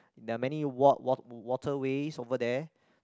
there are many walk wa~ waterways over there